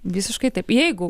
visiškai taip jeigu